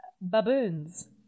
baboons